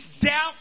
doubt